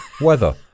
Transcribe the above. weather